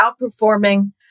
outperforming